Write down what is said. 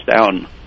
down